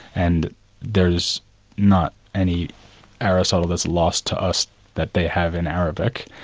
and there is not any aristotle that's lost to us that they have in arabic,